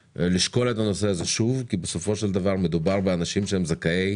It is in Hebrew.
לשקול את הנושא הזה שוב כי בסופו של דבר מדובר באנשים שהם זכאי